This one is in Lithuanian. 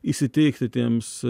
įsiteikti tiems